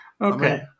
Okay